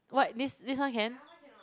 what this this one can